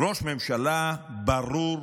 ראש ממשלה ברור,